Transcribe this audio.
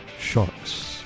Sharks